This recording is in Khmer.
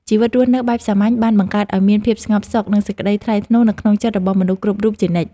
ជីវិតរស់នៅបែបសាមញ្ញបានបង្កើតឱ្យមានភាពស្ងប់សុខ និងសេចក្ដីថ្លៃថ្នូរនៅក្នុងចិត្តរបស់មនុស្សគ្រប់រូបជានិច្ច។